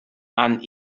and